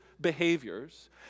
behaviors